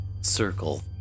circle